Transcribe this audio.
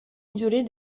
isolée